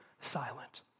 silent